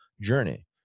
journey